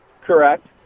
Correct